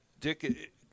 Dick